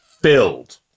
filled